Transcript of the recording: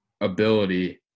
ability